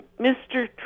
Mr